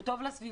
הוא טוב לסביבה,